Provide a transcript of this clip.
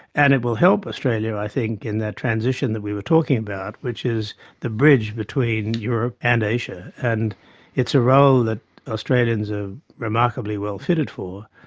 and it will help australia, i think, in that transition that we were talking about, which is the bridge between europe and asia. and it's a role that australians are remarkably well fitted for.